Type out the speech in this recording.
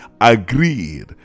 agreed